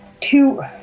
two